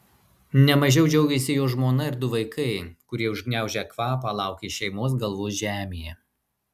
ne mažiau džiaugėsi jo žmona ir du vaikai kurie užgniaužę kvapą laukė šeimos galvos žemėje